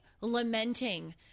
lamenting